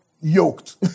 yoked